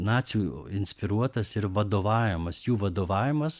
nacių inspiruotas ir vadovavimas jų vadovavimas